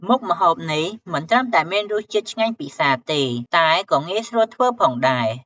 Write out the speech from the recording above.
មុខម្ហូបនេះមិនត្រឹមតែមានរសជាតិឆ្ងាញ់ពិសាទេ តែក៏ងាយស្រួលធ្វើផងដែរ។